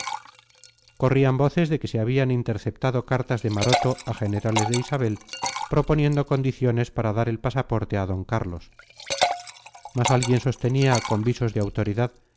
corrían voces de que se habían interceptado cartas de maroto a generales de isabel proponiendo condiciones para dar el pasaporte a don carlos mas alguien sostenía con visos de autoridad